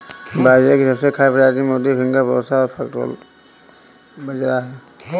बाजरे की सबसे खास प्रजातियाँ मोती, फिंगर, प्रोसो और फोक्सटेल बाजरा है